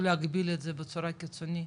או להגביל את זה בצורה קיצונית,